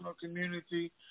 community